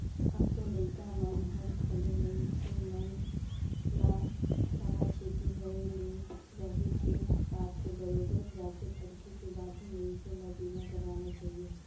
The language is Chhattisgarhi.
अब तो लइका मन हर घलो मइनसे मन ल सावाचेती होय के रहें के बात हे बरोबर जॉचे परखे के बाद ही मइनसे ल बीमा करवाना चाहिये